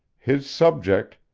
his subject,